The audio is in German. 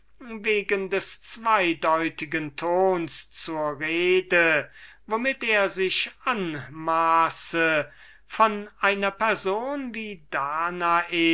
wegen des zweideutigen tons zu rede womit er sich anmaße von einer person wie danae